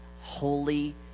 holy